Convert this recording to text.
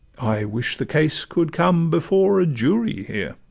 i wish the case could come before a jury here.